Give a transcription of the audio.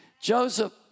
Joseph